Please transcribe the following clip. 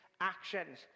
actions